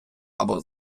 або